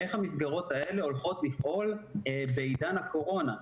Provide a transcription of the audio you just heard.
איך המסגרות האלה הולכות לפעול בעידן הקורונה,